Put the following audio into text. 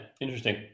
Interesting